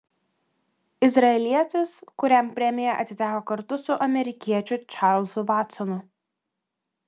izraelietis kuriam premija atiteko kartu su amerikiečiu čarlzu vatsonu